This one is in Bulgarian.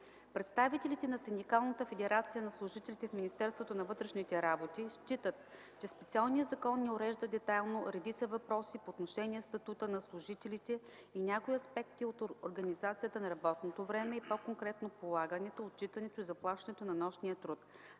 Представителите на Синдикалната федерация на служителите в Министерството на вътрешните работи считат, че специалният закон не урежда детайлно редица въпроси по отношение статута на служителите и някои аспекти от организацията на работното време и по-конкретно полагането, отчитането и заплащането на нощния труд.